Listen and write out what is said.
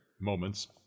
moments